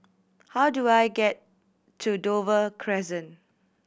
how do I get to Dover Crescent